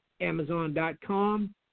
Amazon.com